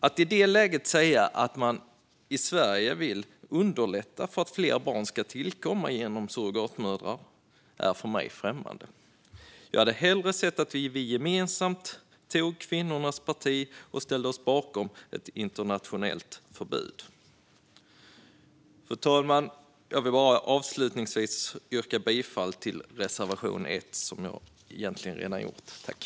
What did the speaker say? Att i det läget säga att man i Sverige vill underlätta för att fler barn ska tillkomma genom surrogatmödrar är för mig främmande. Jag hade hellre sett att vi gemensamt tog kvinnornas parti och ställde oss bakom ett internationellt förbud. Fru talman! Jag vill avslutningsvis yrka bifall till reservation nummer 1, vilket jag egentligen redan har gjort.